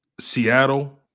Seattle